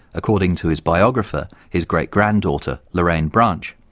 according to his biographer, his great-granddaughter, lorayne branch,